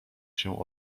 się